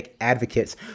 advocates